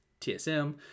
TSM